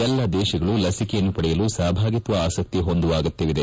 ಎಲ್ಲ ದೇಶಗಳು ಲಸಿಕೆಯನ್ನು ಪಡೆಯಲು ಸಹಭಾಗಿತ್ತ ಆಸಕ್ತಿ ಹೊಂದುವ ಅಗತ್ತವಿದೆ